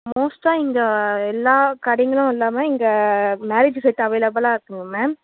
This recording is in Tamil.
மோஸ்ட்டாக இங்கே எல்லா கடைங்களும் இல்லாமல் இங்கே மேரேஜ் செட்டு அவைலபுள்லாக இருக்குதுங்க மேம்